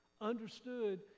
understood